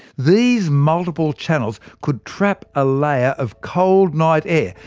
these multiple channels could trap a layer of cold night air,